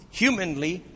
humanly